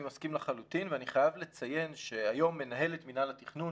אני מסכים לחלוטין ואני חייב לציין שהיום מנהלת מנהל התכנון,